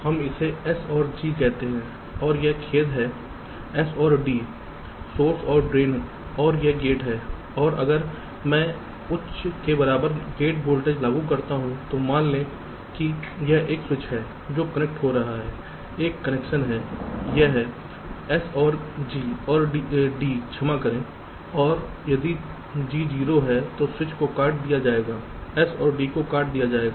हम इसे S और G कहते हैं और यह खेद है S और D सोर्स और ड्रेन और यह गेट है और अगर मैं उच्च के बराबर गेट वोल्टेज लागू करता हूं तो मान लें कि यह एक स्विच है जो कनेक्ट हो रहा है एक कनेक्शन है यह है S और G और D क्षमा करें और यदि G 0 है तो स्विच को काट दिया जाएगा S और D को काट दिया जाएगा